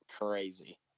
crazy